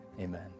amen